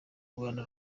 rwanda